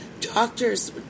doctors